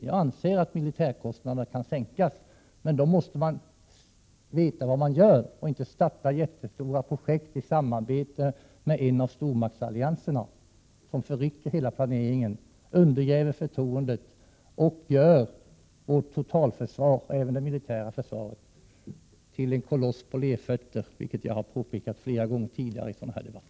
Jag anser att militärkostnaderna kan sänkas, men då måste man veta vad man gör och inte starta jättestora projekt i samarbete med en av stormaktsallianserna. Därmed förrycker man hela planeringen, undergräver förtroendet och gör vårt totalförsvar — även det militära försvaret — till en koloss på lerfötter, vilket jag har påpekat flera gånger tidigare i sådana här debatter.